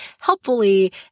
helpfully